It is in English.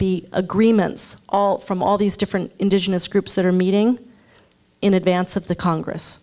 be agreements all from all these different indigenous groups that are meeting in advance of the congress